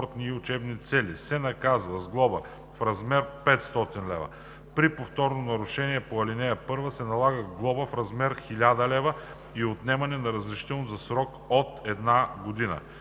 спортни и учебни цели, се наказва с глоба в размер 500 лв. (2) При повторно нарушение по ал. 1 се налага глоба в размер 1000 лв. и отнемане на разрешението за срок от една година.“